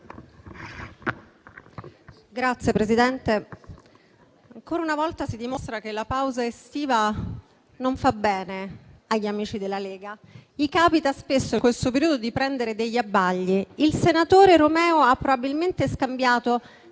Signora Presidente, ancora una volta si dimostra che la pausa estiva non fa bene agli amici della Lega, a cui in questo periodo capita spesso di prendere degli abbagli. Il senatore Romeo ha probabilmente scambiato